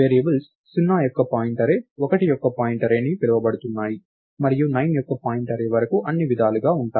variables 0 యొక్క point array 1 యొక్క point array అని పిలవబడుతున్నాయి మరియు 9 యొక్క పాయింట్ అర్రే వరకు అన్ని విధాలుగా ఉంటాయి